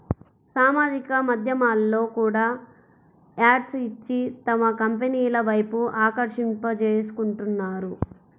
సామాజిక మాధ్యమాల్లో కూడా యాడ్స్ ఇచ్చి తమ కంపెనీల వైపు ఆకర్షింపజేసుకుంటున్నారు